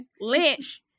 Lynch